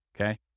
okay